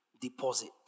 deposit